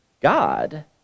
God